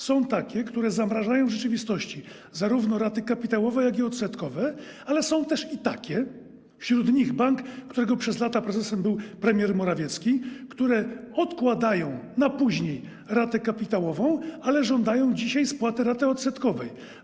Są takie, które zamrażają w rzeczywistości raty zarówno kapitałowe, jak i odsetkowe, ale są też takie, wśród nich bank, którego prezesem przez lata był premier Morawiecki, które odkładają na później ratę kapitałową, ale żądają dzisiaj spłaty raty odsetkowej.